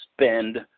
spend